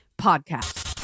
Podcast